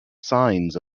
signs